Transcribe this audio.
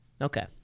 Okay